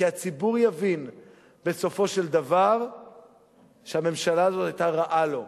כי הציבור יבין בסופו של דבר שהממשלה הזאת היתה רעה לו.